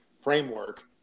framework